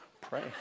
Pray